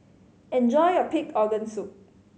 enjoy your pig organ soup